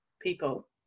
people